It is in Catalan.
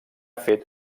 fet